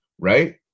right